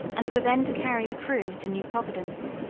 and were then to carry the crew to new providence.